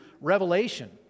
Revelation